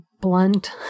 blunt